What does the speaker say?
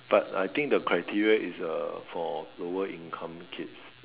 but I think the criteria is uh for lower income kids